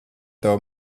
tavu